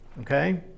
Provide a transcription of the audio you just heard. Okay